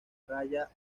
raya